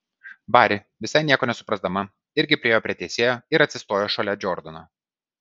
bari visai nieko nesuprasdama irgi priėjo prie teisėjo ir atsistojo šalia džordano